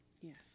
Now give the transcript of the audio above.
Yes